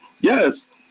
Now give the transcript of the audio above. Yes